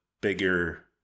bigger